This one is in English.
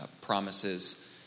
promises